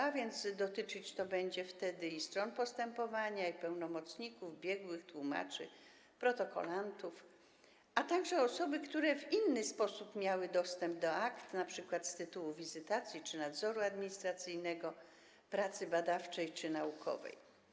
A więc dotyczyć to będzie wtedy stron postępowania, pełnomocników, biegłych, tłumaczy, protokolantów, a także osób, które w inny sposób miały dostęp do akt, np. z tytułu wizytacji czy nadzoru administracyjnego, pracy badawczej czy naukowej.